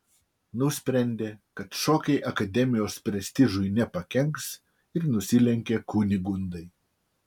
nusprendė kad šokiai akademijos prestižui nepakenks ir nusilenkė kunigundai